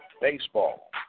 baseball